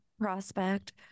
prospect